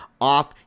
off